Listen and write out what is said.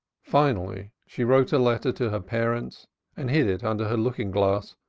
finally she wrote a letter to her parents and hid it under her looking-glass,